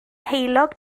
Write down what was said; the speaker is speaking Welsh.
heulog